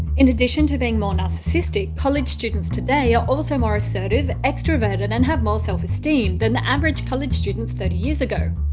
in addition to being more narcissistic, college students today are also more assertive, extraverted and and have more self esteem than the average college students thirty years ago.